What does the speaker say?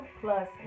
plus